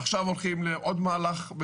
עכשיו הולכים לעוד מהלך,